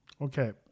Okay